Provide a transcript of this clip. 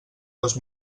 dos